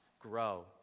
grow